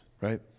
right